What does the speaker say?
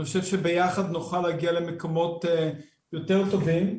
אני חושב שביחד נוכל להגיע למקומות יותר טובים.